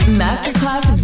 masterclass